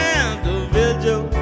individual